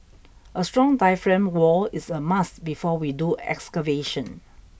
a strong diaphragm wall is a must before we do excavation